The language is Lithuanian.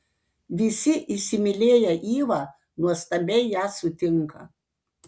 visi įsimylėję ivą nuostabiai ją sutinka